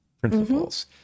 principles